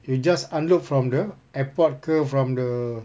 you just unload from the airport ke from the